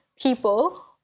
people